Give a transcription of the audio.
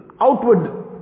outward